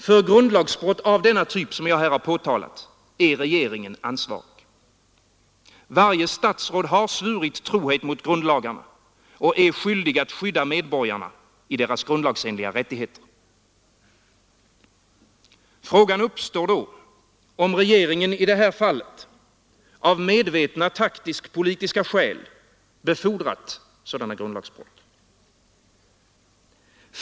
För grundlagsbrott av den typ som jag här har påtalat är regeringen ansvarig. Varje statsråd har svurit trohet mot grundlagarna och är skyldig att skydda medborgarna i deras grundlagsenliga rättigheter. Frågan uppstår då om regeringen i det här fallet av medvetna taktisk-politiska skäl befordrat sådana grundlagsbrott.